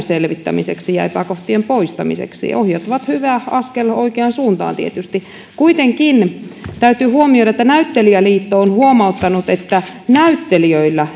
selvittämiseksi ja epäkohtien poistamiseksi ohjeet ovat tietysti hyvä askel oikeaan suuntaan kuitenkin täytyy huomioida että näyttelijäliitto on huomauttanut että näyttelijöillä